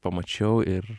pamačiau ir